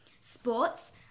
Sports